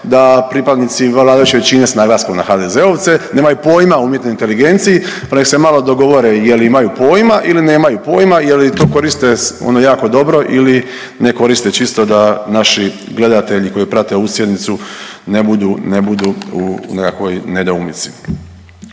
da pripadnici vladajuće većine, s naglaskom na HDZ-ovce nemaju pojma o umjetnoj inteligenciji pa nek se malo dogovore je li imaju pojma ili nemaju pojma, je li to koriste ono jako dobro ili ne koriste, čisto da naši gledatelji koji prate ovu sjednicu ne budu u nekakvoj nedoumici.